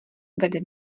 vede